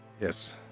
Yes